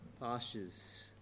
pastures